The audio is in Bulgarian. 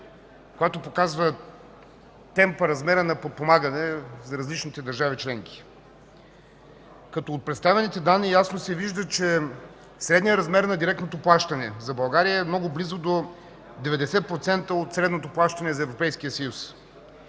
която показва темпа, размера на подпомагане за различните държави членки. (Показва графиката.) От представените данни ясно се вижда, че средният размер на директното плащане за България е много близо до 90% от средното плащане за